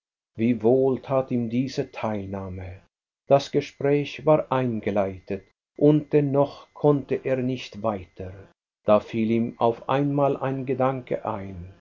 wie wohl tat ihm diese teilnahme das gespräch war eingeleitet und dennoch konnte er nicht weiter da fiel ihm auf einmal ein gedanke ein er